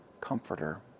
comforter